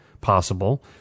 possible